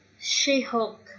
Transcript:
She-Hulk